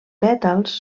pètals